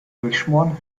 durchschmoren